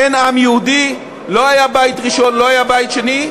אין עם יהודי, לא היה בית ראשון, לא היה בית שני.